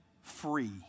Free